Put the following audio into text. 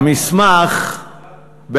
מיקי, המסמך, אפשר?